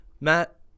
Matt